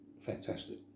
fantastic